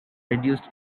reduced